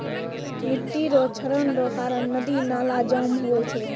मिट्टी रो क्षरण रो कारण नदी नाला जाम हुवै छै